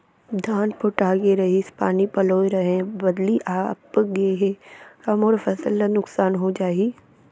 धान पोठागे रहीस, पानी पलोय रहेंव, बदली आप गे हे, का मोर फसल ल नुकसान हो जाही?